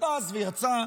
נכנס ויצא,